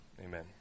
Amen